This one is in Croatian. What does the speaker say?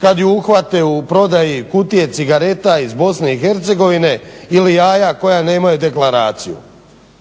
kad je uhvate u prodaji kutije cigareta iz Bosne i Hercegovine ili jaja koja nemaju deklaraciju.